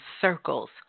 circles